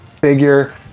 figure